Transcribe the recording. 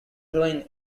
heroin